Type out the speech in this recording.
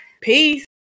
peace